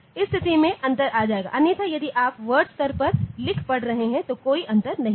इस स्थिति में अंतर आ जाएगा अन्यथा यदि आप वर्ड स्तर पर लिख पढ़ रहे हैं तो कोई अंतर नहीं है